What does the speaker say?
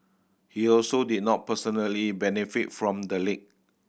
he also did not personally benefit from the leak